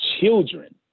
children